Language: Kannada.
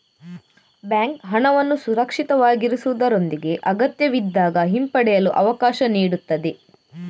ಬ್ಯಾಂಕ್ ಹಣವನ್ನು ಸುರಕ್ಷಿತವಾಗಿರಿಸುವುದರೊಂದಿಗೆ ಅಗತ್ಯವಿದ್ದಾಗ ಹಿಂಪಡೆಯಲು ಅವಕಾಶ ನೀಡುತ್ತದೆ